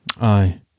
Aye